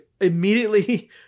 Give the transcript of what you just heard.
immediately